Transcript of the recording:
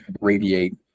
radiate